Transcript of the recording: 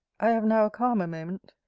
i have now a calmer moment.